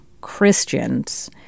Christians –